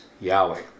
Yahweh